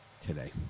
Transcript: today